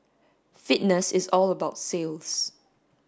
fitness is all about sales